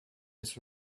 his